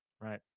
Right